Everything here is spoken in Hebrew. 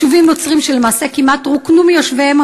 יישובים נוצריים שלמעשה כמעט רוקנו מיושביהם